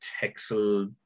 Texel